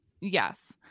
Yes